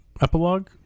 Epilogue